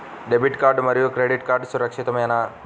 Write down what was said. Debit card మరియు credit card సురక్షితమేనా?